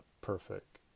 perfect